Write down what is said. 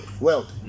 world